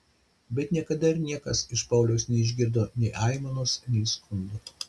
bet niekada ir niekas iš pauliaus neišgirdo nei aimanos nei skundų